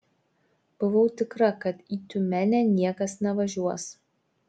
buvau tikra kad į tiumenę niekas nevažiuos